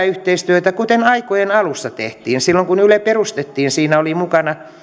yhteistyötä kuten aikojen alussa tehtiin silloin kun yle perustettiin siinä oli mukana